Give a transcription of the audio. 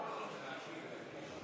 רגע, תן לזה לעלות.